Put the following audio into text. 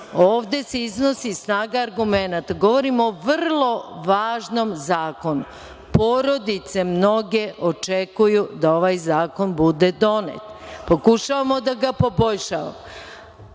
Ovde se iznosi snaga argumenata. Govorimo o vrlo važnom zakonu. Porodice mnoge očekuju da ovaj zakon bude donet. Pokušavamo da ga poboljšamo,